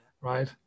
right